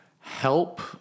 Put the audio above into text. help